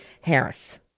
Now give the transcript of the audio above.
Harris